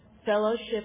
fellowship